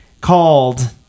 called